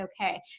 okay